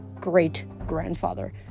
great-grandfather